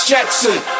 Jackson